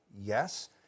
yes